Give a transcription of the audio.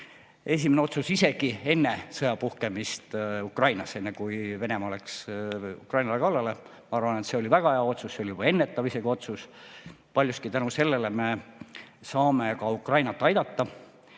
Esimene otsus oli isegi enne sõja puhkemist Ukrainas, enne kui Venemaa läks Ukrainale kallale. Ma arvan, et see oli väga hea otsus, see oli isegi ennetav otsus. Paljuski tänu sellele me saame ka Ukrainat aidata.